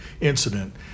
incident